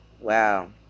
wow